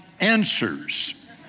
answers